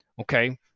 Okay